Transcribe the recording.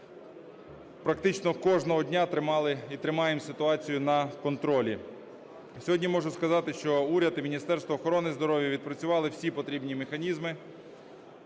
практично кожного дня тримали і тримаємо ситуацію на контролі. Сьогодні можу сказати, що уряд і Міністерство охорони здоров'я відпрацювали всі потрібні механізми.